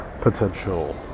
potential